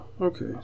okay